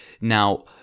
now